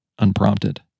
Unprompted